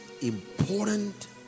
important